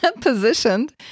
positioned